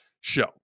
show